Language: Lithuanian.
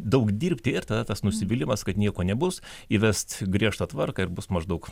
daug dirbti ir tada tas nusivylimas kad nieko nebus įvest griežtą tvarką ir bus maždaug